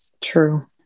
true